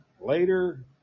later